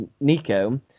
Nico